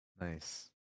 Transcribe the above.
Nice